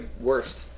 worst